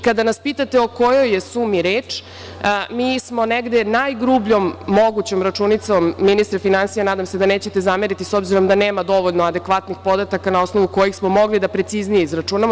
Kada nas pitate o kojoj je sumi reč, mi smo negde najgrubljom mogućom računicom, ministre finansija, nadam se da nećete zameriti, s obzirom da nema dovoljno adekvatnih podataka na osnovu kojih smo mogli da preciznije izračunamo.